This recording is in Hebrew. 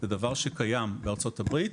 זה דבר שקיים בארצות הברית